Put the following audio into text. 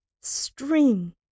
String